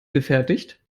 gefertigt